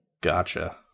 Gotcha